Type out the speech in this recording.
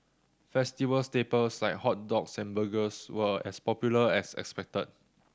festival staples like hot dogs and burgers were as popular as expected